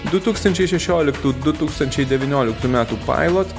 du tūkstančiai šešioliktų du tūkstančiai devynioliktų metų pailot